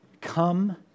Come